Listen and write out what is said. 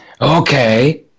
Okay